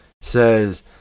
says